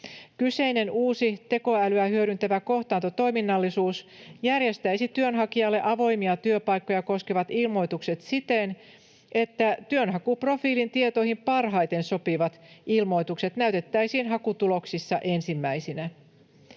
Kyseinen uusi, tekoälyä hyödyntävä kohtaantotoiminnallisuus järjestäisi työnhakijalle avoimia työpaikkoja koskevat ilmoitukset siten, että työnhakuprofiilin tietoihin parhaiten sopivat ilmoitukset näytettäisiin hakutuloksissa ensimmäisinä.